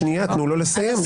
תנו לו לסיים.